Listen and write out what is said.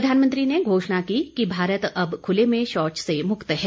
प्रधानमंत्री ने घोषणा की कि भारत अब खुले में शौच से मुक्त हैं